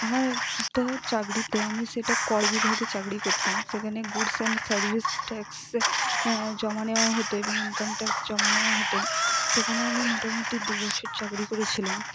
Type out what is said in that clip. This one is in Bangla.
আমার একটা চাকরিতে আমি সেটা করবিভাগে চাকরি করতাম সেখানে গুডস অ্যান্ড সার্ভিস ট্যাক্স জমা নেওয়া হতো এবং ইনকাম ট্যাক্স জমা নেওয়া হতো সেখানে আমি মোটামোটি দু বছর চাকরি করেছিলাম